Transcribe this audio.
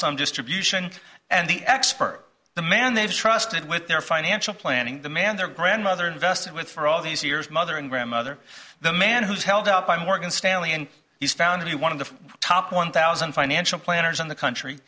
sum distribution and the expert the man they've trusted with their financial planning the man their grandmother invested with for all these years mother and grandmother the man who's held up by morgan stanley and he's found to be one of the top one thousand financial planners in the country